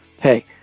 Hey